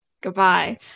Goodbye